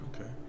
Okay